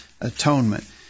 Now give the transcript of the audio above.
atonement